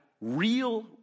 real